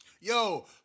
Yo